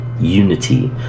unity